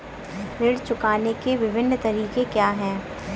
ऋण चुकाने के विभिन्न तरीके क्या हैं?